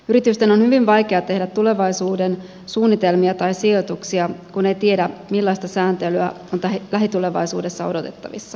yritysten on hyvin vaikea tehdä tulevaisuuden suunnitelmia tai sijoituksia kun ei tiedä millaista sääntelyä on lähitulevaisuudessa odotettavissa